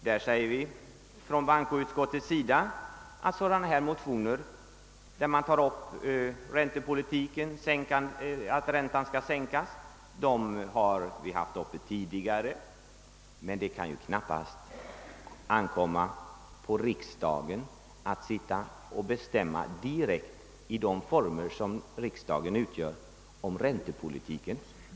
Motioner om en sänkning av räntan har, som bankoutskottet fram håller, tidigare varit uppe till behandling. Men det kan ju knappast ankomma på riksdagen att direkt besluta om räntepolitiken.